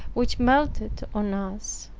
which melted on us.